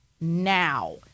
now